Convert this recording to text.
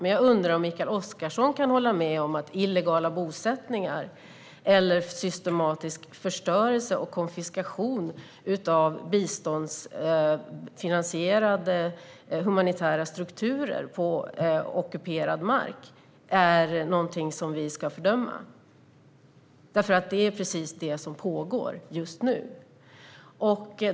Men jag undrar om Mikael Oscarsson kan hålla med om att illegala bosättningar eller systematisk förstörelse och konfiskation av biståndsfinansierade humanitära strukturer på ockuperad mark är någonting som vi ska fördöma. Det är precis det som pågår just nu.